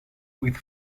with